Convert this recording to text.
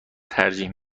ترجیح